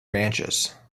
ranches